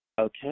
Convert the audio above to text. Okay